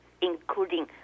including